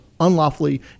unlawfully